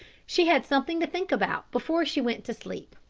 she had something to think about before she went to sleep.